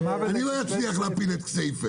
אני לא אצליח להפיל את התוכנית לבנייה ליד כסייפה.